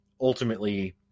ultimately